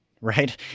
right